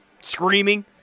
screaming